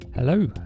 Hello